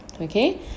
Okay